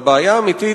והבעיה האמיתית,